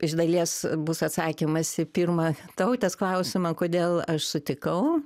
iš dalies bus atsakymas į pirmą tautės klausimą kodėl aš sutikau